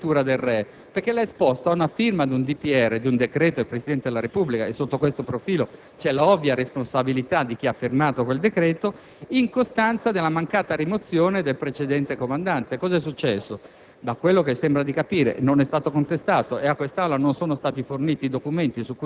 a quelli che una volta venivano definiti dalla dottrina come «scoperture del re», perché lo ha esposto ad una firma di un decreto del Presidente della Repubblica - e, sotto tale profilo, c'è la ovvia responsabilità di chi ha firmato quel decreto - in costanza della mancata rimozione del precedente comandante. Da quello